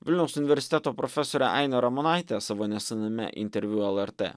vilniaus universiteto profesorė ainė ramonaitė savo nesename interviu lrt